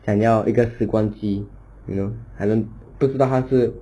想要一个时光机 you know I don't 不知道它是